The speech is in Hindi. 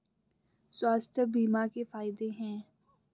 स्वास्थ्य बीमा के फायदे हैं?